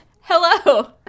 Hello